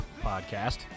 Podcast